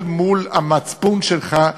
אל מול המצפון שלך,